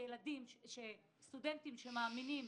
שסטודנטים שמאמינים